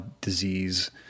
disease